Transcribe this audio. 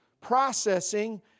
processing